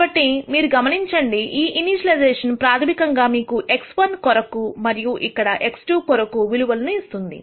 కాబట్టి మీరు గమనించండి ఈ ఇనీషియలైజెషన్ ప్రాథమికంగా మీకు x1 కొరకు మరియు ఇక్కడ x2 కొరకు విలువలను ఇస్తుంది